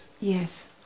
Yes